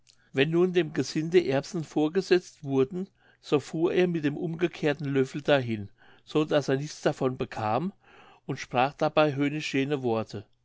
wenn nun dem gesinde erbsen vorgesetzt wurden so fuhr er mit dem umgekehrten löffel hinein so daß er nichts davon bekam und sprach dabei höhnisch jene worte